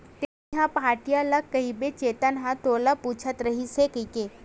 तेंहा पहाटिया ल कहिबे चेतन ह तोला पूछत रहिस हे कहिके